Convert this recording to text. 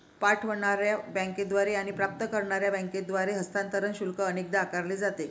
पाठवणार्या बँकेद्वारे आणि प्राप्त करणार्या बँकेद्वारे हस्तांतरण शुल्क अनेकदा आकारले जाते